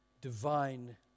divine